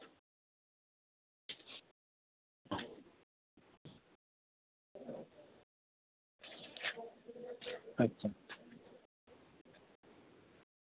ᱟᱪᱪᱷᱟ